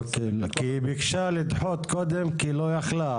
לא, כי היא ביקשה לדחות קודם כי לא יכלה.